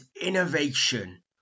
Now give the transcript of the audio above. innovation